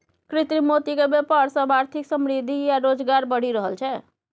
कृत्रिम मोतीक बेपार सँ आर्थिक समृद्धि आ रोजगार बढ़ि रहल छै